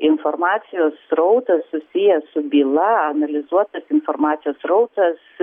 informacijos srautas susijęs su byla analizuotas informacijos srautas